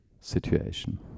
situation